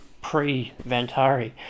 pre-Vantari